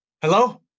Hello